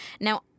Now